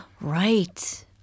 Right